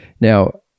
Now